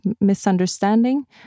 misunderstanding